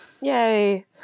Yay